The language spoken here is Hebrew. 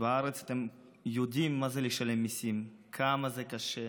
בארץ אתם יודעים מה זה לשלם מיסים, כמה זה קשה,